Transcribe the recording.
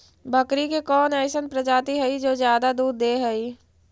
बकरी के कौन अइसन प्रजाति हई जो ज्यादा दूध दे हई?